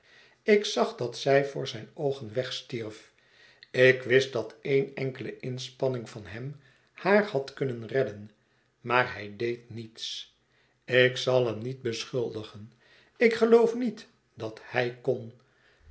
ik zag dat zij voor zijn oogen wegstierf ik wist dat een enkele inspanning van hem haar had kunnen redden maar hij deed niets ik zal hem niet beschuldigen ik geloof niet dat hij kon